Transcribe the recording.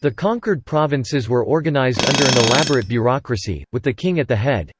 the conquered provinces were organized under an elaborate bureaucracy, with the king at the head